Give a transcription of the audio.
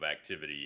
activity